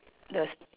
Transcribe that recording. the s~